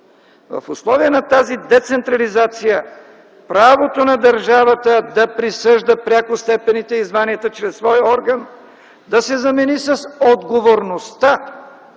в условия на тази децентрализация правото на държавата да присъжда пряко степените и званията чрез свой орган да се замени с отговорността